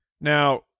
Now